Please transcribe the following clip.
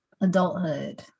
Adulthood